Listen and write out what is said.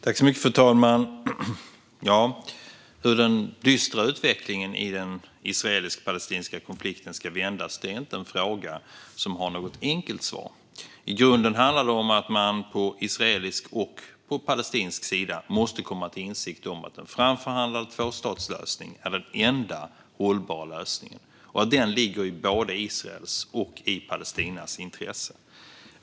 Fru talman! Hur den dystra utvecklingen i den israelisk-palestinska konflikten ska vändas är inte en fråga som har något enkelt svar. I grunden handlar det om att man på israelisk och palestinsk sida måste komma till insikt om att en framförhandlad tvåstatslösning är den enda hållbara lösningen och att den ligger i både Israels och Palestinas intresse.